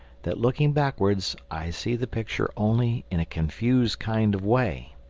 that looking backwards i see the picture only in a confused kind of way.